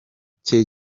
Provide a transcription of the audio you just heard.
cye